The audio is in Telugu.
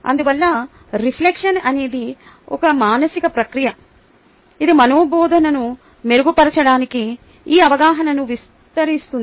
అందువల్ల రిఫ్లెక్షన్ అనేది ఒక మానసిక ప్రక్రియ ఇది మన బోధనను మెరుగుపరచడానికి ఈ అవగాహనను విస్తరిస్తుంది